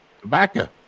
Tobacco